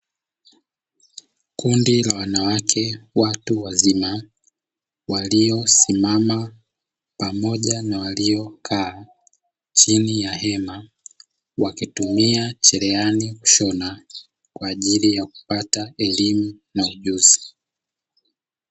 Kundi la wanawake watu wazima waliosimama pamoja na waliokaa chini ya hema, wakitumia cherehani kushona kwa ajili ya kupata elimu na ujuzi.